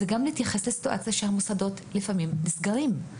ולהתייחס לסיטואציה שבה מוסדות לפעמים נסגרים,